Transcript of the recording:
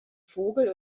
vogel